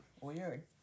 Weird